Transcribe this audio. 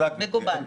מקובל.